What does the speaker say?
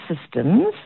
systems